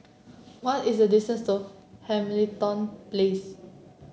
what is the distance to Hamilton Place